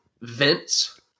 Vince